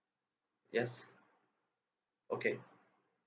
yes okay